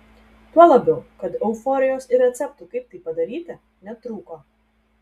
tuo labiau kad euforijos ir receptų kaip tai padaryti netrūko